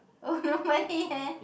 oh nobody meh